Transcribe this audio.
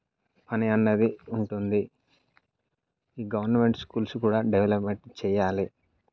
పని అన్నది ఉంటుంది ఈ గవర్నమెంట్ స్కూల్స్ కుడా డెవలప్ చెయ్యాలి